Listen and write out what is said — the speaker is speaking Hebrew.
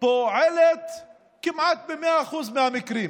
פועלת כמעט ב-100% מהמקרים